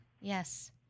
Yes